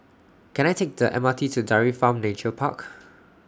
Can I Take The M R T to Dairy Farm Nature Park